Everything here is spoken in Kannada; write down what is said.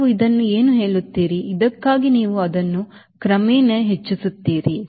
ನೀವು ಇದನ್ನು ಏನು ಹೇಳುತ್ತೀರಿ ಇದಕ್ಕಾಗಿ ನೀವು ಅದನ್ನು ಕ್ರಮೇಣ ಹೆಚ್ಚಿಸುತ್ತೀರಿ